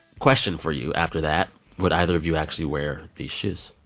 question for you after that would either of you actually wear these shoes?